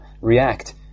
react